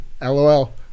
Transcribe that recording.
Lol